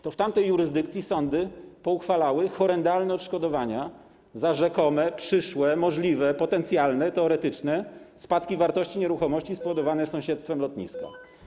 To w tamtej jurysdykcji sądy pouchwalały horrendalne odszkodowania za rzekome przyszłe, możliwe, potencjalne, teoretyczne spadki wartości nieruchomości spowodowane sąsiedztwem lotniska.